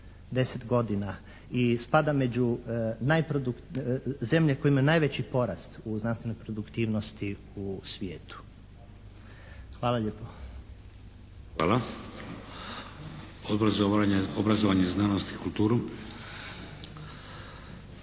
i spada među zemlje koje imaju najveći porast u znanstvenoj produktivnosti u svijetu. Hvala lijepo. **Šeks, Vladimir